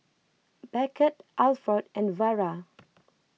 Beckett Alford and Vara